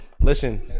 Listen